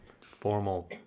formal